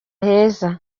heza